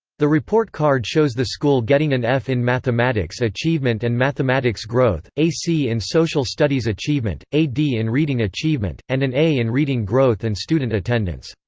the report card shows the school getting an f in mathematics achievement and mathematics growth, a c in social studies achievement, a d in reading achievement, and an a in reading growth and student attendance.